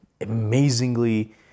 amazingly